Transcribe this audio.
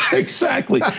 ah exactly,